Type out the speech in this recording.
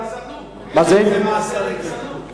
אלא אם זה מעשה ליצנות.